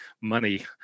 money